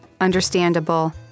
understandable